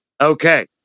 Okay